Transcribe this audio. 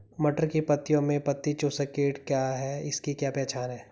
मटर की पत्तियों में पत्ती चूसक कीट क्या है इसकी क्या पहचान है?